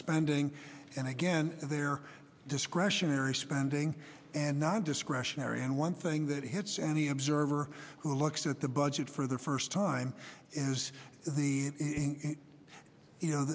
spending and again their discretionary spending and not discretionary and one thing that hits any observer who looks at the budget for the first time is the you know